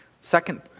second